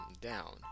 down